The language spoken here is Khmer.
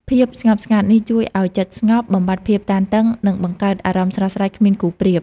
ភាពស្ងប់ស្ងាត់នេះជួយឲ្យចិត្តស្ងប់ បំបាត់ភាពតានតឹង និងបង្កើតអារម្មណ៍ស្រស់ស្រាយគ្មានគូប្រៀប។